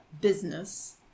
business